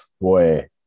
boy